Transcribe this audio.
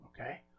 okay